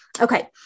Okay